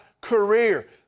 career